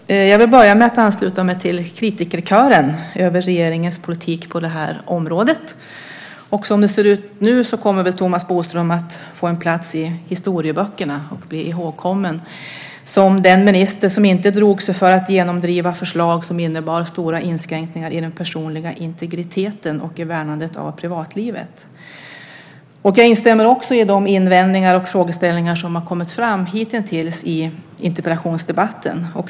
Fru talman! Jag vill börja med att ansluta mig till kritikerkören över regeringens politik på det här området. Som det ser ut nu kommer väl Thomas Bodström att få en plats i historieböckerna och bli ihågkommen som den minister som inte drog sig för att genomdriva förslag som innebar stora inskränkningar i den personliga integriteten och i värnandet av privatlivet. Jag instämmer också i de invändningar och frågeställningar som har kommit fram hitintills i interpellationsdebatten.